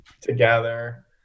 together